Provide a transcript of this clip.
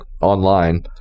online